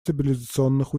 стабилизационных